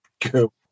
Cool